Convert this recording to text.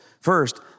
First